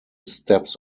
steps